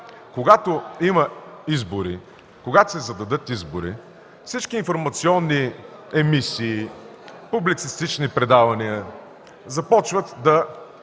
гости – когато се зададат избори, всички информационни емисии, публицистични предавания започват да